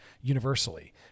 universally